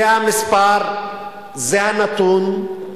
זה המספר, זה הנתון.